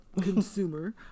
consumer